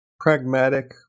pragmatic